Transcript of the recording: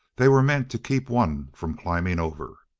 they were meant to keep one from climbing over.